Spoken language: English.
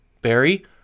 Barry